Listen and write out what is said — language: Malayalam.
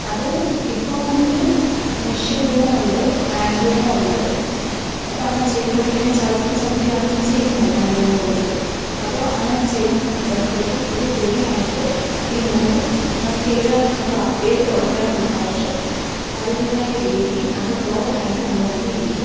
അത് ഇപ്പോൾ വന്നിട്ട് മിഷൻ ലൂം ഉണ്ട് ഹാൻഡ്ലൂമും ഉണ്ട് അപ്പോൾ അങ്ങനെ ചെയ്യുമ്പോഴത്തേക്കും അതിനെ ചവിട്ടി ചവിട്ടിയാണ് അത് ചെയ്യുന്നത് ഹാൻഡ്ലൂം പോലത്തത് അപ്പോൾ അങ്ങനെ ചെയ്തു വരുമ്പോഴത്തേക്കും ഇത് തുണിയായിട്ട് ഈ നൂല് നമുക്ക് ഏതാണോ നമുക്ക് ആവശ്യം ഏത് പ്രോഡക്റ്റാണോ നമുക്ക് ആവശ്യം അതിൻ്റെതായ രീതിയിൽ അത് റോളായിട്ട് വന്നു കൊണ്ടേ ഇരിക്കും